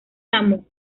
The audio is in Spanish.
amo